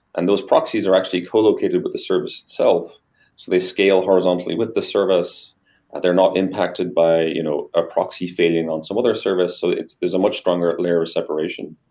and those proxies are actually co-located with the service itself, so they scale horizontally with the service that they're not impacted by you know a proxy failing on some other service. so there's a much stronger layer of separation.